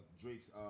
Drake's